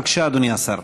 בבקשה, אדוני השר.